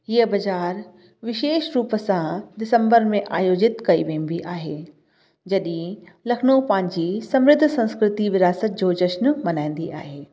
हीअं बज़ारि विषेश रूप सां दिसंबर में आयोजित कई वेंदी आहे जॾहिं लखनऊ पंहिंजी समृध्ध संस्कृति विरासत जो जश्न मल्हाईंदी आहे